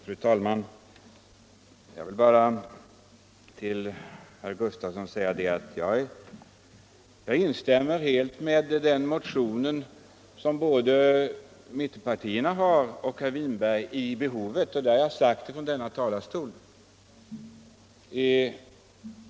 Fru talman! Till herr Gustafson i Göteborg vill jag säga att jag i fråga om behovet av ett ökat anslag helt instämmer både i motionen från mittenpartierna och i herr Winbergs motion. Det har jag tidigare framhållit från denna talarstol.